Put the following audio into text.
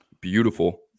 beautiful